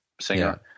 singer